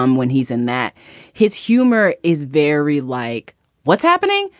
um when he's in that his humor is very like what's happening?